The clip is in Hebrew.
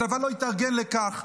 הצבא לא התארגן לכך.